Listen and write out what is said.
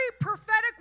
prophetic